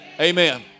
Amen